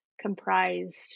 comprised